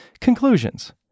Conclusions